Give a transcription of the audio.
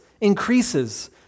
increases